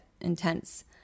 intense